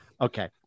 Okay